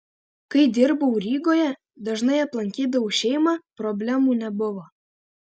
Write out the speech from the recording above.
kai dirbau rygoje dažnai aplankydavau šeimą problemų nebuvo